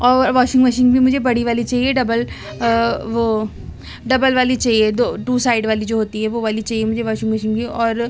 اور washing machine بھی مجھے بڑی والی چاہیے ڈبل وہ ڈبل والی چاہیے دو ٹو سائڈ والی جو ہوتی ہے وہ والی چاہیے مجھے واشنگ مشین بھی اور